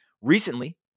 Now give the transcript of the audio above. Recently